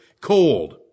cold